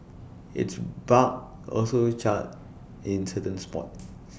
its bark also charred in certain spots